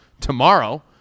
tomorrow